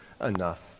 enough